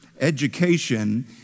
Education